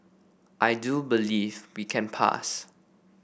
I do believe we can pass